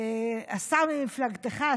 השר במפלגתך,